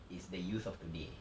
is the youth of today